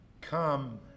Come